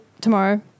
tomorrow